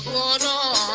da da